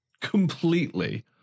Completely